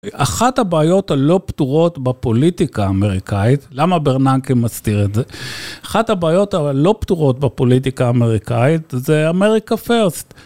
אחת הבעיות הלא פתורות בפוליטיקה האמריקאית, למה ברננקי מסתיר את זה? אחת הבעיות הלא פתורות בפוליטיקה האמריקאית זה אמריקה First.